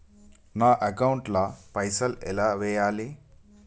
నా అకౌంట్ ల పైసల్ ఎలా వేయాలి?